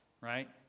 right